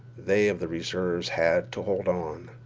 they of the reserves had to hold on.